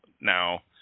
Now